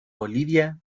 bolivia